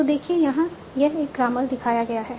तो देखिए यहां यह एक ग्रामर दिखाया गया है